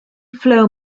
flow